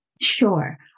Sure